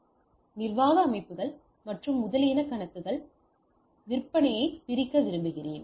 எனவே நிர்வாக அமைப்புகள் மற்றும் முதலியன கணக்குகள் முதலியன விற்பனையை பிரிக்க விரும்புகிறேன்